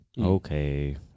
Okay